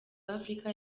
africa